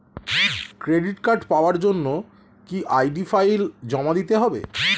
Credit card পাওয়ার জন্য কি আই.ডি ফাইল জমা দিতে হবে?